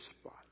spot